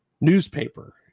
newspaper